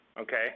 okay